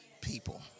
people